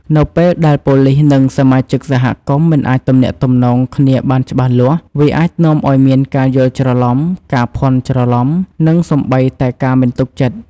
នៅពេលដែលប៉ូលិស និងសមាជិកសហគមន៍មិនអាចទំនាក់ទំនងគ្នាបានច្បាស់លាស់ វាអាចនាំឱ្យមានការយល់ច្រឡំ ការភ័ន្តច្រឡំ និងសូម្បីតែការមិនទុកចិត្ត។